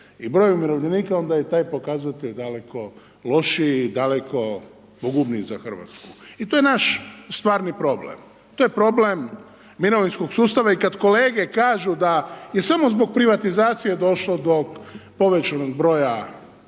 i broj umirovljenika onda je i taj pokazatelj daleko lošiji i daleko pogubniji za Hrvatsku. I to je naš stvarni problem, to je problem mirovinskog sustava. I kad kolege kažu da je samo zbog privatizacije došlo do povećanog broja